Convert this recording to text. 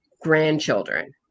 grandchildren